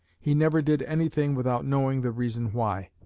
he never did anything without knowing the reason why.